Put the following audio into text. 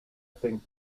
think